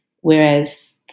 Whereas